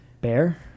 Bear